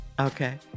Okay